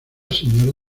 señora